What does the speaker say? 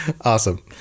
awesome